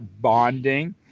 bonding